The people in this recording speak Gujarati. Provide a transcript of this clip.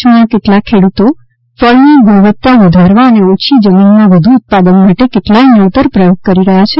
કચ્છમાં કેટલાક ખેડૂતો ફળની ગુણવતા વધારવા અને ઓછી જમીનમાં વધુ ઉત્પાદન માટે કેટલાય નવતર પ્રયોગ કરી રહ્યા છે